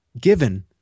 given